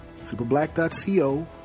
SuperBlack.co